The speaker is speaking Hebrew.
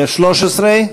13?